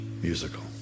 musical